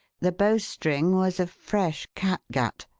the bowstring was of fresh catgut,